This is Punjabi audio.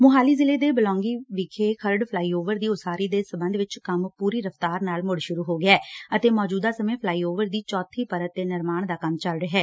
ਮੋਹਾਲੀ ਜਿਲੇ ਦੇ 'ਬਲੌਗੀ ਵਿਖੇ ਖਰੜ ਫਲਾਈਓਵਰ ਦੀ ਉਸਾਰੀ ਦੇ ਸੰਬੰਧ ਵਿਚ ਕੰਮ ਪੂਰੀ ਰਫਤਾਰ ਨਾਲ ਮੁੜ ਸ਼ੁਰੂ ਹੋਇਆ ਹੈ ਅਤੇ ਮੌਜੂਦਾ ਸਮੇਂ ਫਲਾਈਓਵਰ ਦੀ ਚੌਥੀ ਪਰਤ 'ਤੇ ਨਿਰਮਾਣ ਦਾ ਕੰਮ ਚੱਲ ਰਿਹਾ ਹੈ